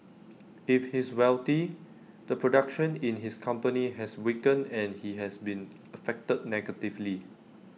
if he's wealthy the production in his company has weakened and he has been affected negatively